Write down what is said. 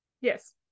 Yes